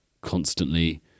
constantly